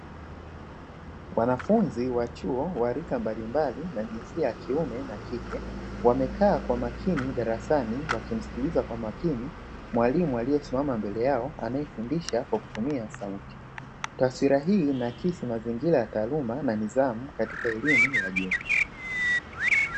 Wanafunzi wa chuo wa rika mbalimbali na jinsia ya kiume na kike wamekaa kwa makini darasani wakimsikiliza kwa makini mwalimu anayesimama mbele yao anayefundisha kwa kutumia sauti. Taswira hii inaakisi mazingira ya taaluma na nidhamu katika elimu ya juu.